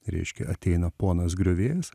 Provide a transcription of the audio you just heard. reiškia ateina ponas griovėjas